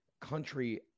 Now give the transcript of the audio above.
country